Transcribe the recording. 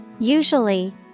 Usually